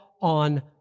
on